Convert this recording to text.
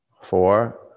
four